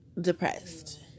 Depressed